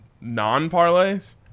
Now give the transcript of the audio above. non-parlays